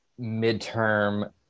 midterm